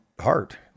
heart